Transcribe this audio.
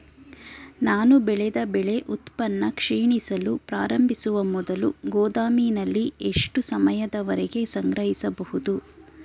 ನಾನು ಬೆಳೆದ ಬೆಳೆ ಉತ್ಪನ್ನ ಕ್ಷೀಣಿಸಲು ಪ್ರಾರಂಭಿಸುವ ಮೊದಲು ಗೋದಾಮಿನಲ್ಲಿ ಎಷ್ಟು ಸಮಯದವರೆಗೆ ಸಂಗ್ರಹಿಸಬಹುದು?